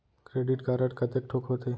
Credit card कतेक ठोक होथे?